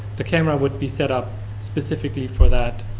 the camera would be set up specifically for that.